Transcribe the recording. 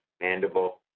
mandible